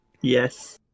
Yes